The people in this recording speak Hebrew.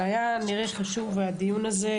אבל היה נראה חשוב בדיון הזה,